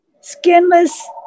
skinless